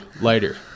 later